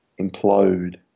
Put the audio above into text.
implode